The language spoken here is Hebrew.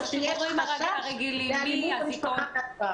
או שיש חשש לאלימות במשפחה.